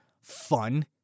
fun